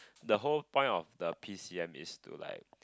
the whole point of the P_C_M is to like